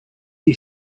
you